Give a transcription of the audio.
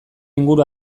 inguru